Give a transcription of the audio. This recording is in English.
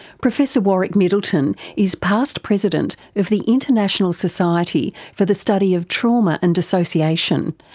professor warwick middleton is past president of the international society for the study of trauma and dissociation,